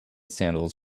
sandals